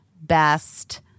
BEST